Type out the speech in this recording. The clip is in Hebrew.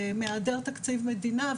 מהעדר תקציב מדינה,